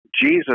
Jesus